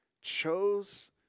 chose